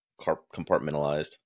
compartmentalized